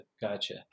Gotcha